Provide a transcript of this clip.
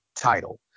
title